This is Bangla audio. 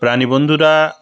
প্রাণী বন্ধুরা